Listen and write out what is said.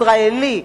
ישראלי,